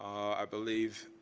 i believe,